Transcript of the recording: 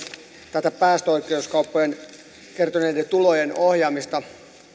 tätä päästöoikeuskaupoista kertyneiden tulojen ohjaamista